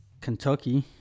Kentucky